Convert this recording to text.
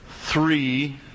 three